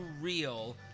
real